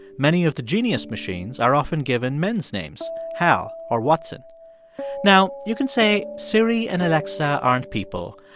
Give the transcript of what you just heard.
many of the genius machines are often given men's names hal or watson now, you can say siri and alexa aren't people,